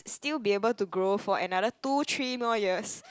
still be able to grow for another two three more years